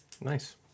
Nice